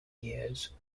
years